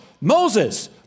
Moses